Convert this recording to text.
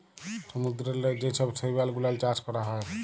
সমুদ্দূরেল্লে যে ছব শৈবাল গুলাল চাষ ক্যরা হ্যয়